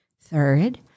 Third